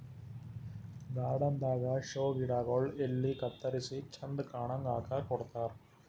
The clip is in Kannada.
ಗಾರ್ಡನ್ ದಾಗಾ ಷೋ ಗಿಡಗೊಳ್ ಎಲಿ ಕತ್ತರಿಸಿ ಚಂದ್ ಕಾಣಂಗ್ ಆಕಾರ್ ಕೊಡ್ತಾರ್